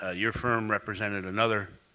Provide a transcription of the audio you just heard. ah your firm represented another